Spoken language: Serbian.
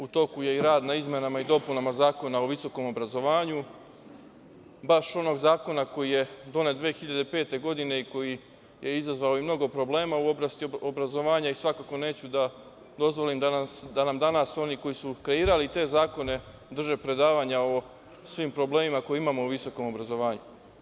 U toku je i rad na izmenama i dopunama Zakona o visokom obrazovanju, baš onog zakona koji je donet 2005. godine, koji je izazvao i mnogo problema u oblasti obrazovanja i svakako neću da dozvolim da nam danas oni koji su kreirali te zakone drže predavanja o svim problemima koje imamo u visokom obrazovanju.